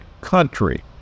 country